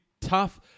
tough